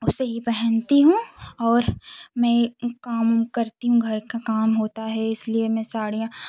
उसे ही पहनती हूँ और मैं काम करती हूँ घर का काम होता है इसलिए मैं साड़ियाँ